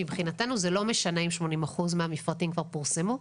מבחינתנו זה לא משנה אם 80% מהמפרטים כבר פורסמו.